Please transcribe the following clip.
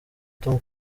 tom